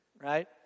right